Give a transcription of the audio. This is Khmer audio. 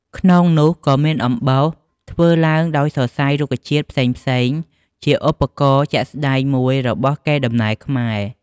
ក្នុងនោះក៏មានអំបោស ធ្វើឡើងដោយសរសៃរុក្ខជាតិផ្សេងៗ ជាឧទាហរណ៍ជាក់ស្ដែងមួយរបស់កេរដំណែលខ្មែរ។